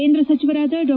ಕೇಂದ್ರ ಸಚಿವರಾದ ಡಾ